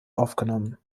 aufgenommen